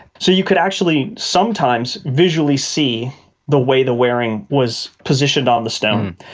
so you could actually sometimes visually see the way the wearing was positioned on the stone,